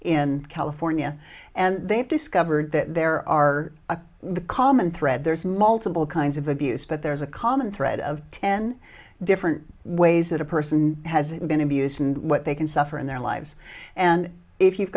in california and they've discovered that there are a the common thread there's multiple kinds of abuse but there's a common thread of ten different ways that a person has been abuse and what they can suffer in their lives and if you've